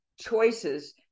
choices